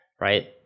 right